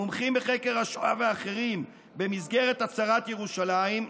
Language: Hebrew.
מומחים בחקר השואה ואחרים במסגרת הצהרת ירושלים,